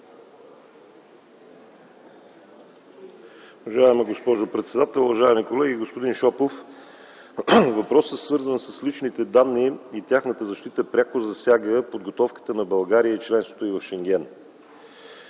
Уважаема госпожо председател, уважаеми колеги, господин Шопов! Въпросът, свързан с личните данни и тяхната защита, пряко засяга подготовката на България и членството й в Шенген.